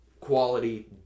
quality